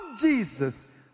Jesus